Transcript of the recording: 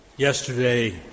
Yesterday